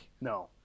No